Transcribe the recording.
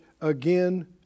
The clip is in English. Again